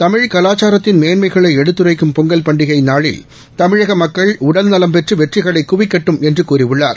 தமிழ் கலாச்சாரத்தின் மேன்மைகளை எடுத்துரைக்கும் பொங்கல் பண்டிகை நாளில் தமிழக மக்கள் உடல் நலம் பெற்று வெற்றிகளை குவிக்கட்டும் என்று கூறியுள்ளார்